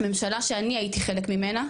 ממשלה שאני הייתי חלק ממנה,